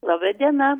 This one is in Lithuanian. laba diena